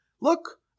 look